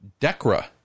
Decra